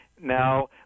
Now